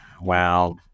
Wow